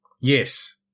Yes